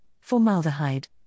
formaldehyde